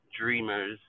dreamers